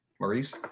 Maurice